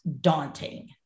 daunting